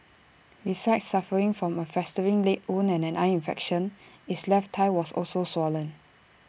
besides suffering from A festering leg wound and an eye infection its left thigh was also swollen